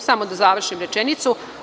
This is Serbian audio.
Samo da završim rečenicu.